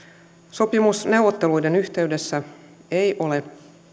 sopimusneuvotteluiden yhteydessä ei ole